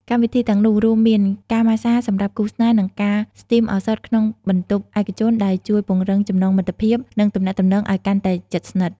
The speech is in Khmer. កម្មវិធីទាំងនោះរួមមានការម៉ាស្សាសម្រាប់គូស្នេហ៍ និងការស្ទីមឱសថក្នុងបន្ទប់ឯកជនដែលជួយពង្រឹងចំណងមិត្តភាព និងទំនាក់ទំនងឲ្យកាន់តែជិតស្និទ្ធ។